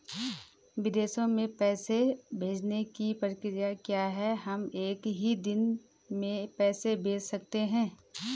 विदेशों में पैसे भेजने की प्रक्रिया क्या है हम एक ही दिन में पैसे भेज सकते हैं?